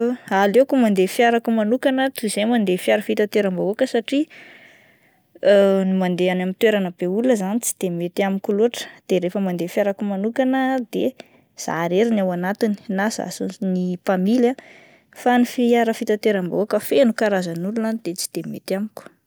Aleoko mandeha ny fiarako manokana toy izay mandeha fiara fitanteram-bahoaka satria ny mandeha any amin'ny toerana be olona zany tsy de mety amiko loatra de refa mandeha fiarako manokana aho ah de za irery no ao anatiny na zah sy ny mpamily ah, fa ny fiara fitanteram-bahoaka feno karazan'olona any de tsy de mety amiko.